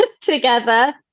together